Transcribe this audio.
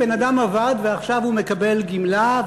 בן-אדם עבד ועכשיו הוא מקבל גמלה,